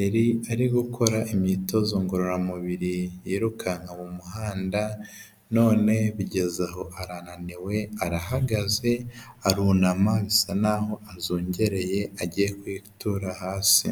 yari ari gukora imyitozo ngororamubiri yirukanka mu muhanda none bigeze aho arananiwe arahagaze arunama bisa n'aho azungereye agiye kwitura hasi.